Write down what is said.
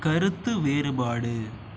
கருத்து வேறுபாடு